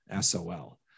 SOL